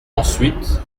ensuite